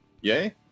Yay